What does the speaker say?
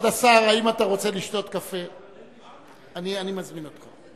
ראשונה, אני קורא אותך לסדר.